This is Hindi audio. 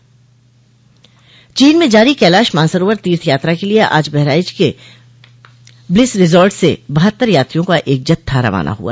चीन में जारी कैलाश मानसरोवर तीर्थ यात्रा के लिये आज बहराइच के ब्लिस रिजार्ट से बहत्तर यात्रियों का एक जत्था रवाना हुआ